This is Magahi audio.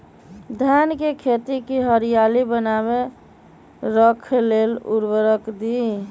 धान के खेती की हरियाली बनाय रख लेल उवर्रक दी?